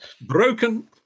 Broken